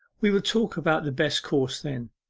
we will talk about the best course then.